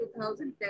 2010